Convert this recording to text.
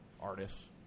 artists